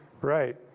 Right